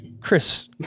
Chris